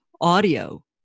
audio